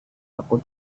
aku